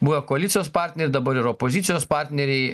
buvę koalicijos partneriai dabar ir opozicijos partneriai